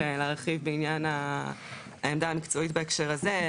להרחיב בעניין העמדה המקצועית בהקשר הזה.